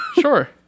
sure